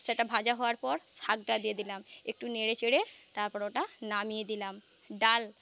সেটা ভাজা হওয়ার পর শাকটা দিয়ে দিলাম একটু নেড়ে চেড়ে তারপর ওটা নামিয়ে দিলাম ডাল